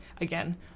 again